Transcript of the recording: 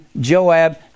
Joab